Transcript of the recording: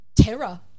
terror